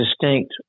distinct